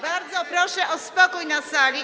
Bardzo proszę o spokój na sali.